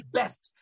best